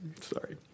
Sorry